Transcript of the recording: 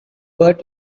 but